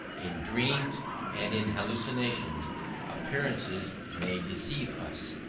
in dreams and in hallucinations appearances may deceive us,